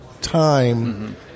time